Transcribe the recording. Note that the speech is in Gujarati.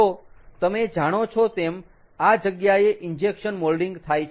તો તમે જાણો છો તેમ આ જગ્યાએ ઇન્જેક્શન મોલ્ડિંગ થાય છે